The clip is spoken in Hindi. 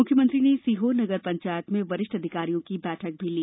मुख्यमंत्री ने सीहोर नगर पंचायत में वरिष्ठ अधिकारियों की बैठक भी ली